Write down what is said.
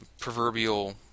proverbial